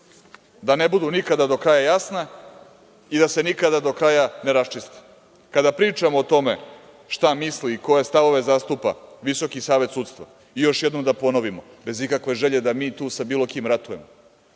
da ne budu nikada do kraja jasna i da se nikada do kraja ne raščiste. Kada pričamo o tome šta misli i koje stavove zastupa Visoki savet sudstva, još jednom da ponovimo, bez ikakve želje da mi tu sa bilo kim ratujemo,